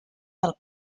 del